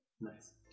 Nice